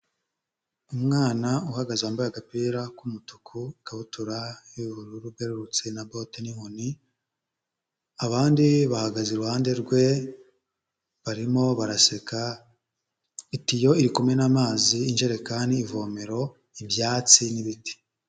Umwana uhagaze wambaye agapira k'umutuku, ikabutura y'ubururu bwererutse na bote n'inkoni, abandi bahagaze iruhande rwe barimo baraseka, itiyo iri kumena amazi, injerekani, ivomero, ibyatsi n'ibiti.